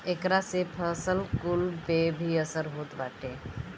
एकरा से फसल कुल पे भी असर होत बाटे